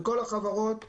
בכל החברות נפגע,